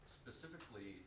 specifically